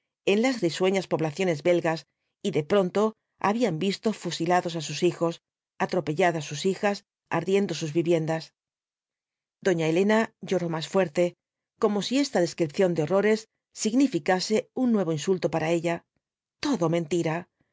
en las risueñas poblaciones belgas y de pronto habían visto fusilados sus hijos atropelladas sus hijas ardiendo sus viviendas doña elena lloró más fuerte como si esta descripción de horrores significase un nuevo insulto para ella todo mentira